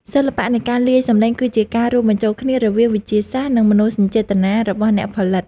សិល្បៈនៃការលាយសំឡេងគឺជាការរួមបញ្ចូលគ្នារវាងវិទ្យាសាស្ត្រ និង មនោសញ្ចេតនារបស់អ្នកផលិត។